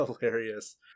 hilarious